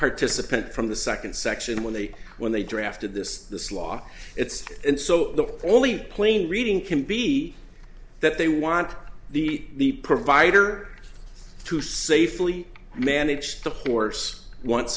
participant from the second section when they when they drafted this this law it's so the only plain reading can be that they want the provider to safely manage the horse once